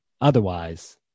otherwise